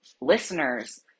listeners